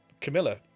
Camilla